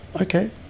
okay